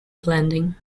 blending